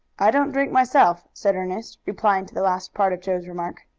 i don't drink myself! said ernest, replying to the last part of joe's remark.